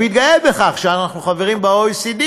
ואתה מתגאה בכך שאנחנו חברים ב-OECD,